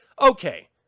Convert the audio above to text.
Okay